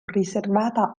riservata